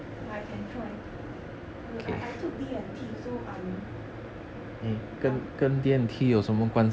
I can try err I I took D&T so I am